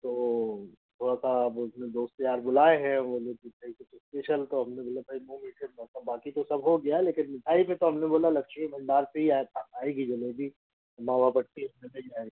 तो थोड़ा सा अब उसने दोस्त यार बुलाए हैँ अब वो लोग पुछ रहे कुछ स्पेशल तो हमने बोला भाई मूँह मीठे बाक़ी तो सब हो गया लेकिन मिठाई पर हमने बोला लक्ष्मी भंडार से ही आत आएगी जलेबी मावा बाटी उसमें से ही आएगी